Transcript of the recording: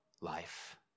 life